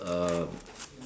err